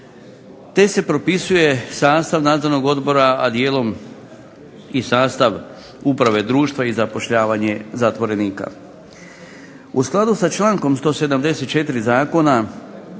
te se propisuje sastav nadzornog odbora, a dijelom i sastav uprave društva i zapošljavanje zatvorenika. U skladu sa člankom 174. Zakona